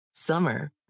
Summer